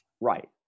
Right